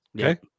okay